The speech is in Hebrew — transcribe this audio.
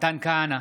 מתן כהנא,